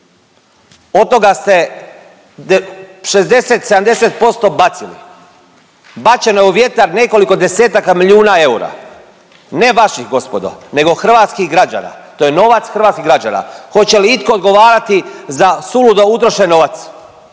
Od toga ste 60, 70% bacili. Bačeno je u vjetar nekoliko desetaka milijuna eura, ne vaših gospodo, nego hrvatskih građana. To je novac hrvatskih građana. Hoće li itko odgovarati za suludo utrošen novac.